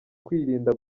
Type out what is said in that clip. kwirinda